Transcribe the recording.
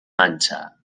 mancha